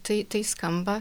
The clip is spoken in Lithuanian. tai tai skamba